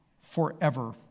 forever